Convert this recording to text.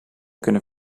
kunnen